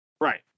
Right